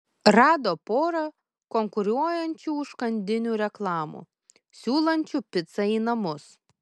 rado porą konkuruojančių užkandinių reklamų siūlančių picą į namus